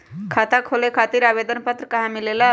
खाता खोले खातीर आवेदन पत्र कहा मिलेला?